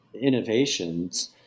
innovations